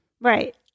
right